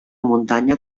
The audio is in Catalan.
muntanya